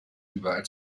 überall